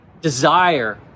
desire